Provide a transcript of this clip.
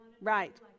right